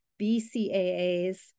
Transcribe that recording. BCAAs